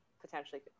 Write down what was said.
potentially